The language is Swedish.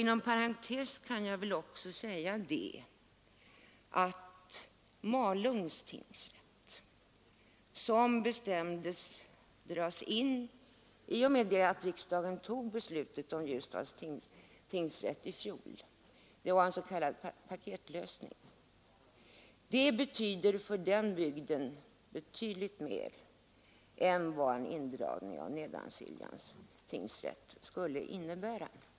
Inom parentes kan jag också säga att beslutet om indragning av Malungs tingsrätt fattades samtidigt med att riksdagen i fjol tog beslutet om Ljusdals tingsrätt — det var en s.k. paketlösning. Det betyder för den bygden betydligt mer än vad en indragning av Nedansiljans tingsrätt skulle innebära för där berörda områden.